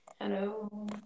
Hello